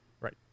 Right